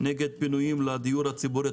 נגד פינויים לדיור הציבורי,